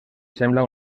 sembla